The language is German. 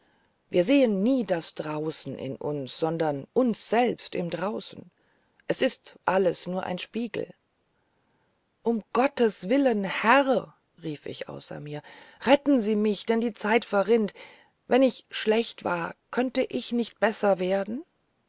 wir sehen nie das draußen in uns sondern uns selbst in dem draußen es ist alles nur ein spiegel um gotteswillen herr rief ich außer mir retten sie mich denn die zeit verrinnt wenn ich schlecht war könnte ich nicht besser werden